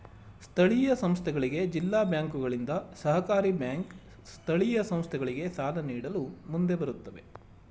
ಸ್ಥಳೀಯ ಸಂಸ್ಥೆಗಳಿಗೆ ಜಿಲ್ಲಾ ಬ್ಯಾಂಕುಗಳಿಂದ, ಸಹಕಾರಿ ಬ್ಯಾಂಕ್ ಸ್ಥಳೀಯ ಸಂಸ್ಥೆಗಳಿಗೆ ಸಾಲ ನೀಡಲು ಮುಂದೆ ಬರುತ್ತವೆ